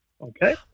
Okay